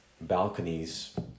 balconies